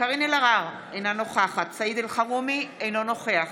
קארין אלהרר, אינה נוכחת סעיד אלחרומי, אינו נוכח